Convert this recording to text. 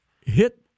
hit